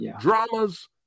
dramas